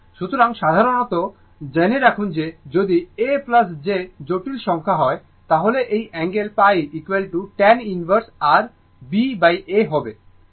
সুতরাং সাধারণত জেনে রাখুন যে যদি a j জটিল সংখ্যা হয় তাহলে এই angle tan inverse r ba হবে